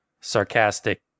sarcastic